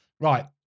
right